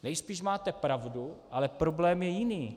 Nejspíš máte pravdu, ale problém je jiný.